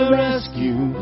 rescue